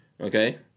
Okay